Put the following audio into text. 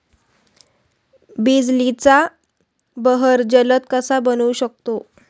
बिजलीचा बहर जलद कसा बनवू शकतो?